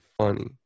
funny